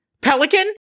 Pelican